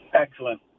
Excellent